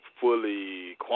fully